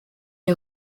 est